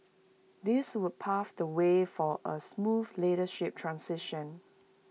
this would pave the way for A smooth leadership transition